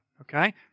okay